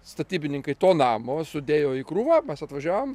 statybininkai to namo sudėjo į krūvą mes atvažiavom